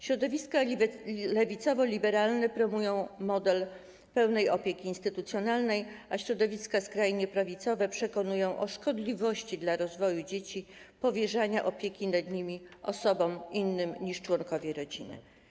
Środowiska lewicowo-liberalne promują model pełnej opieki instytucjonalnej, a środowiska skrajnie prawicowe przekonują o szkodliwości dla rozwoju dzieci powierzania opieki nad nimi osobom innym niż członkowie rodziny.